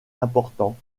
important